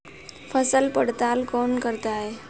फसल पड़ताल कौन करता है?